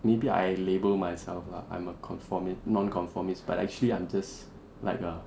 maybe I label myself lah I'm a conformi~ nonconformist but actually I'm just like a